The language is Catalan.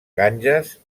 ganges